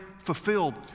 fulfilled